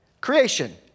Creation